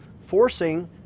forcing